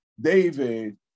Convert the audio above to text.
David